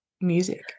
music